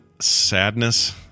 sadness